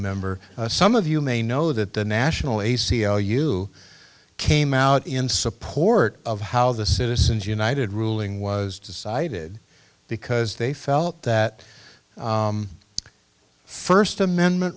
member some of you may know that the national a c l u came out in support of how the citizens united ruling was decided because they felt that first amendment